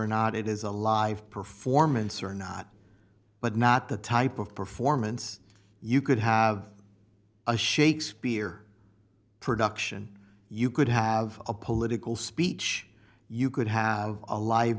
or not it is a live performance or not but not the type of performance you could have a shakespeare production you could have a political speech you could have a live